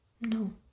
No